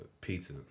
pizza